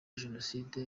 jenoside